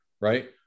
right